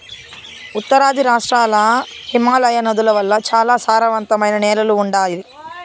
ఉత్తరాది రాష్ట్రాల్ల హిమాలయ నదుల వల్ల చాలా సారవంతమైన నేలలు ఉండాయి